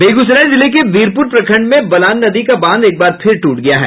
बेगूसराय जिले के वीरपुर प्रखंड में बलान नदी का बांध एक बार फिर टूट गया है